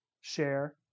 share